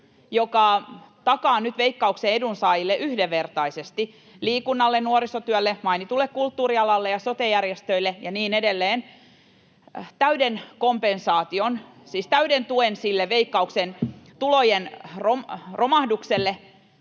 joka takaa nyt Veikkauksen edunsaajille — liikunnalle, nuorisotyölle, mainitulle kulttuurialalle, sote-järjestöille ja niin edelleen — yhdenvertaisesti täyden kompensaation,